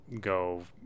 go